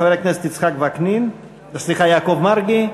חבר הכנסת יצחק וקנין, סליחה, יעקב מרגי.